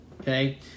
Okay